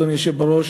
אדוני היושב בראש,